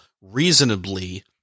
reasonably